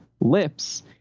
lips